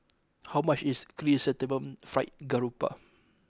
how much is Chrysanthemum Fried Garoupa